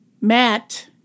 Matt